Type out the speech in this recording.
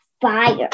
fire